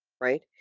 right